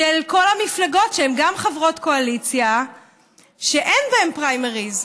של כל המפלגות שהן גם חברות קואליציה ושאין בהן פריימריז?